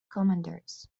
commanders